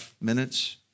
minutes